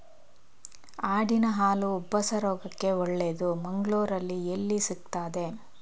ಆಡಿನ ಹಾಲು ಉಬ್ಬಸ ರೋಗಕ್ಕೆ ಒಳ್ಳೆದು, ಮಂಗಳ್ಳೂರಲ್ಲಿ ಎಲ್ಲಿ ಸಿಕ್ತಾದೆ?